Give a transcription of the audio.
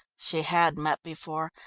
she had met before,